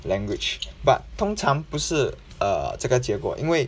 language but 通常不是 err 这个结果因为